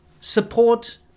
support